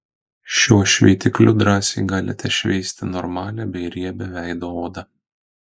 šiuo šveitikliu drąsiai galite šveisti normalią bei riebią veido odą